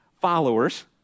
followers